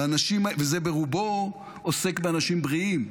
וזה ברובו עוסק באנשים בריאים,